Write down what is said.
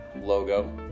logo